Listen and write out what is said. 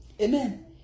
amen